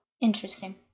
Interesting